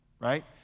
right